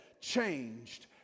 changed